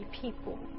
people